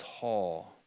tall